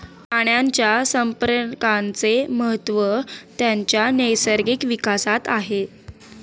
प्राण्यांच्या संप्रेरकांचे महत्त्व त्यांच्या नैसर्गिक विकासात आहे